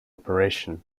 operation